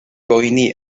boeni